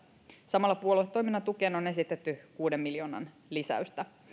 samalla puoluetoiminnan tukeen on esitetty kuuden miljoonan lisäystä